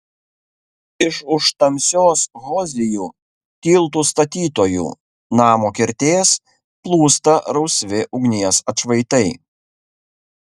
iš už tamsios hozijų tiltų statytojų namo kertės plūsta rausvi ugnies atšvaitai